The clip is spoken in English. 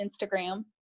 Instagram